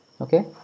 okay